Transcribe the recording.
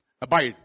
Abide